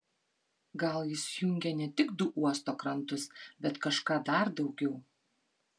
gal jis jungė ne tik du uosto krantus bet kažką dar daugiau